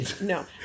No